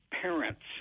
parents